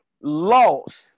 lost